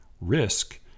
Risk